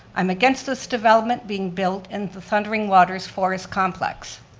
i'm against this development being built in the thundering waters forest complex.